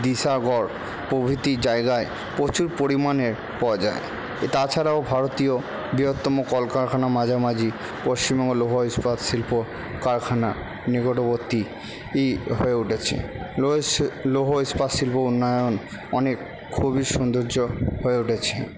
দিশাগড় প্রভৃতি জায়গায় প্রচুর পরিমাণে পাওয়া যায় তাছাড়াও ভারতীয় বৃহত্তম কলকারখানা মাঝামাঝি পশ্চিমবঙ্গ লৌহ ইস্পাত শিল্প কারখানা নিকটবর্তী হয়ে উঠেছে লৌহ ইস্পাত শিল্প উন্নয়ন অনেক খুবই সুন্দর্য হয়ে উঠেছে